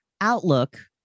outlook